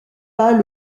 pas